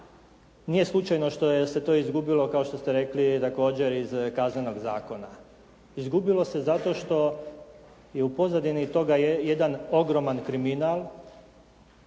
Nije slučajno što se to izgubilo kao što ste rekli također iz Kaznenog zakona. Izgubilo se zato što je u pozadini toga jedan ogroman kriminal